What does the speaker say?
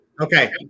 Okay